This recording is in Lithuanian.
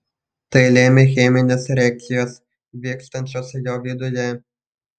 tai lemia cheminės reakcijos vykstančios jo viduje